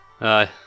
Aye